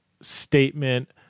statement